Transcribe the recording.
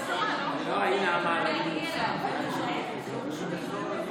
אדוני היושב-ראש, חבריי חברי הכנסת,